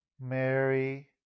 Mary